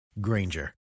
Granger